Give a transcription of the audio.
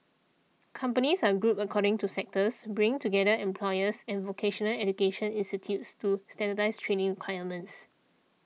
companies are grouped according to sectors bringing together employers and vocational education institutes to standardise training requirements